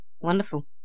Wonderful